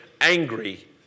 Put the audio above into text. angry